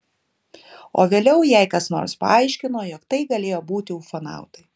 o vėliau jai kas nors paaiškino jog tai galėjo būti ufonautai